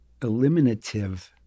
eliminative